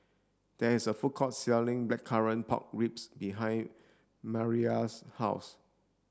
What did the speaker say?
there is a food court selling blackcurrant pork ribs behind Mariela's house